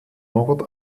mord